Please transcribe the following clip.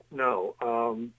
No